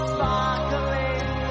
Sparkling